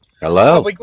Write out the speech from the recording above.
Hello